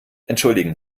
entschuldigen